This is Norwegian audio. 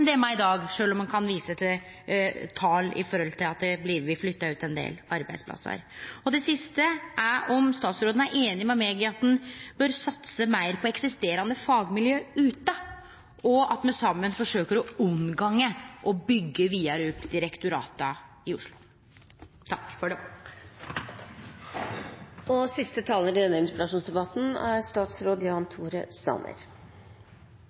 me er i dag, sjølv om ein kan vise til tal i høve til at det blir flytta ut ein del arbeidsplassar. Det siste er om statsråden er einig med meg i at ein bør satse meir på eksisterande fagmiljø ute, og at me saman forsøkjer å unngå å byggje vidare ut direktorata i Oslo. Jeg vil igjen takke interpellanten for mange gode momenter og også analyse. Det er veldig lett i denne